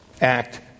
act